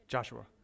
Joshua